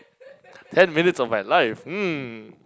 ten minutes of my life mm